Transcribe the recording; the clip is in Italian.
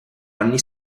anni